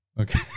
Okay